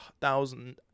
thousand